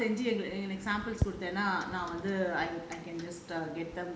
நீங்க கொஞ்சம் கொஞ்சம்:neenga konjam konjam samples குடுத்தீங்கன்னா நான் வந்து:kudutheenganaa naan vanthu